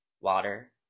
water